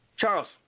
Charles